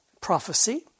prophecy